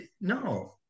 No